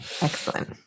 Excellent